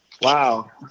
Wow